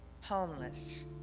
homeless